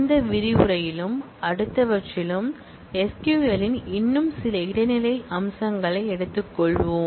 இந்த விரிவுரையிலும் அடுத்தவற்றிலும் SQL இன் இன்னும் சில இடைநிலை நிலை அம்சங்களை எடுத்துக்கொள்வோம்